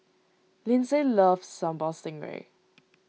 Lyndsay loves Sambal Stingray